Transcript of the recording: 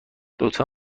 لطفا